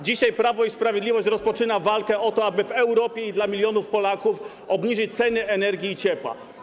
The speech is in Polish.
Dzisiaj Prawo i Sprawiedliwość rozpoczyna walkę o to, aby w Europie i dla milionów Polaków obniżyć ceny energii i ciepła.